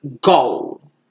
goal